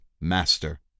master